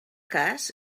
cas